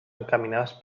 encaminades